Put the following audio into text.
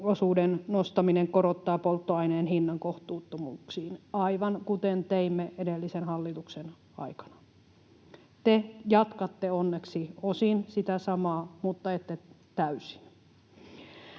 bio-osuuden nostaminen korottaa polttoaineen hinnan kohtuuttomuuksiin — aivan kuten teimme edellisen hallituksen aikana. Te jatkatte onneksi osin sitä samaa, mutta ette täysin.